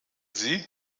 sie